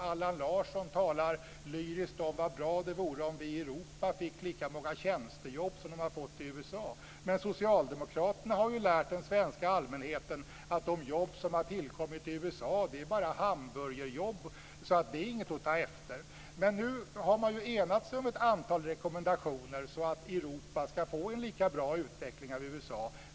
Allan Larsson talade lyriskt om hur bra det vore om vi i Europa fick lika många tjänstejobb som man fått i USA. Men socialdemokraterna har ju lärt den svenska allmänheten att de jobb som tillkommit i USA bara är hamburgerjobb och inget som vi vill ta efter. Nu har man enat sig om ett antal rekommendationer för att Europa ska få en lika bra utveckling som USA.